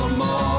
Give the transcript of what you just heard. more